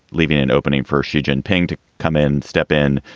leaving an opening for xi jinping to come in, step in,